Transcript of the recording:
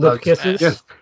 Kisses